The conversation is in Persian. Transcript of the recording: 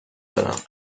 دارم